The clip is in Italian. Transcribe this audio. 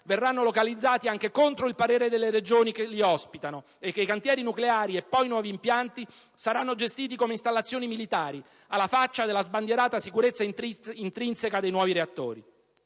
verranno localizzati anche contro il parere delle Regioni che li ospitano e che i cantieri nucleari ed i nuovi impianti saranno gestiti come installazioni militari, alla faccia della sbandierata sicurezza intrinseca dei nuovi reattori.